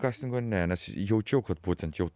kastingo ne nes jaučiau kad būtent jau